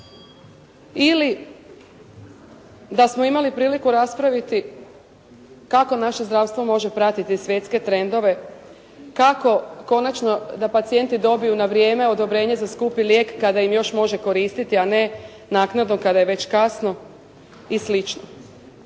ili da smo imali priliku raspraviti kako naše zdravstvo može pratiti svjetske trendove, kako konačno da pacijenti dobiju na vrijeme odobrenje za skupi lijek kada im već može koristiti a ne već naknadno kada je već kasno i